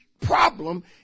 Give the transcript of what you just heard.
problem